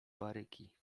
baryki